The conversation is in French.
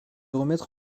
remettre